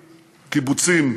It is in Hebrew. קיבוצים,